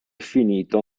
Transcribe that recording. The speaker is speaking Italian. finito